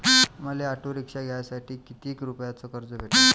मले auto rickshaw घ्यासाठी कितीक रुपयाच कर्ज भेटनं?